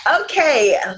Okay